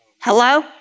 Hello